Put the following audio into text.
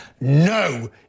No